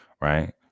Right